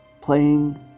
playing